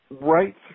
right